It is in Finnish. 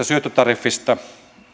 syöttötariffista